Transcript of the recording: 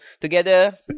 together